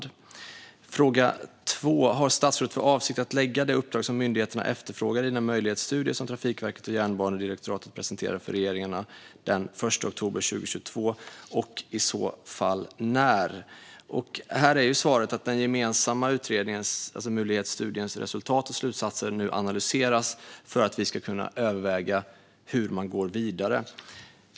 Den andra frågan var: Har statsrådet för avsikt att lägga det uppdrag som myndigheterna efterfrågar i den möjlighetsstudie som Trafikverket och Jernbanedirektoratet presenterade för regeringarna den 1 oktober 2022, och i så fall när? Här är svaret att den gemensamma utredningens resultat och slutsatser i Mulighetsstudie Oslo - Stockholm nu analyseras för att vi ska kunna överväga hur man går vidare.